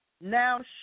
now